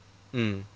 mm